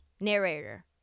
Narrator